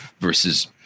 versus